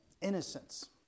Innocence